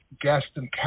Gaston